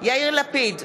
יאיר לפיד,